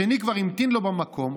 השני כבר המתין לו במקום,